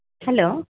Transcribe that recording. hello